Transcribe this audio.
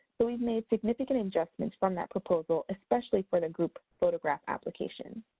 but we made significant adjustments from that proposal, especially for the group photograph application.